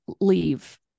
leave